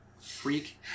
freak